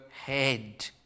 head